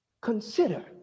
consider